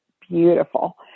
beautiful